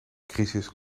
crisis